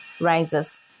rises